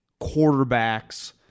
quarterbacks